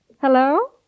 Hello